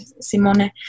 Simone